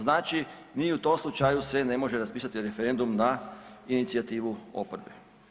Znači ni u tom slučaju se ne može raspisati referendum na inicijativu oporbe.